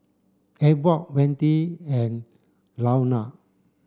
Ewart Wende and Luana